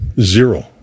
Zero